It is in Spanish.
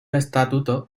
estatuto